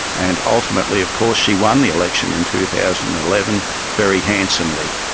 and ultimately of course she won the election in two thousand and eleven very handsomely.